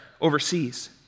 overseas